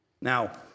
Now